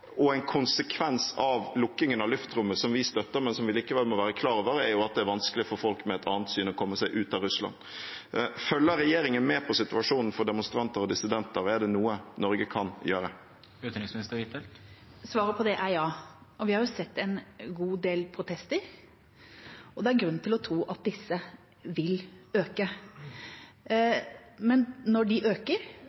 Vi støtter lukkingen av luftrommet, men en konsekvens vi likevel må være klar over, er at det er vanskelig for folk med et annet syn å komme seg ut av Russland. Følger regjeringen med på situasjonen for demonstranter og dissidenter, og er det noe Norge kan gjøre? Svaret på det er ja. Vi har sett en god del protester, og det er grunn til å tro at disse vil øke.